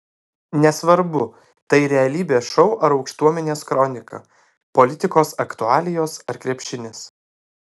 nesvarbu tai realybės šou ar aukštuomenės kronika politikos aktualijos ar krepšinis